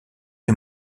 les